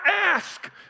ask